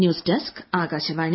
news desk Akashvani